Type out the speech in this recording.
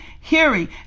hearing